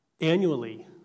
Annually